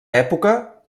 època